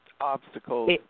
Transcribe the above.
obstacles